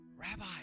Rabbi